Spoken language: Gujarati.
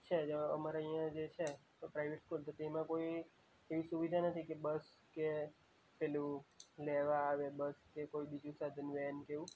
છેજ અમારે અહીંયા જે છે પ્રાઇવેટ સ્કૂલ તો તેમાં કોઈ એવી સુવિધા નથી કે બસ કે પેલું લેવા આવે બસ કે કોઈ બીજું સાધન વેન કે એવું